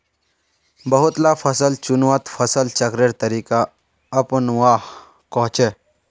बहुत ला फसल चुन्वात फसल चक्रेर तरीका अपनुआ कोह्चे